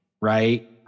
right